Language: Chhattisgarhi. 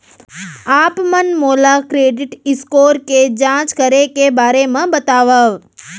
आप मन मोला क्रेडिट स्कोर के जाँच करे के बारे म बतावव?